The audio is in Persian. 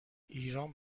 ایران